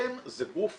אבל אתם זה גוף